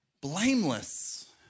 blameless